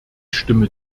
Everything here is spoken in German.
stimme